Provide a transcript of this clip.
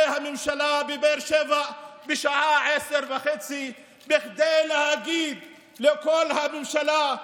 הממשלה בבאר שבע בשעה 10:30 כדי להגיד לכל הממשלה,